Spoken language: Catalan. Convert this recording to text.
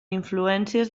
influències